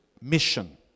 mission